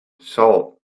salt